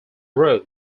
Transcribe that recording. road